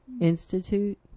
Institute